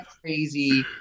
crazy